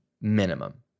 Minimum